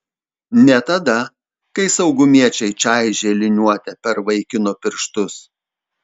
ne tada kai saugumiečiai čaižė liniuote per vaikino pirštus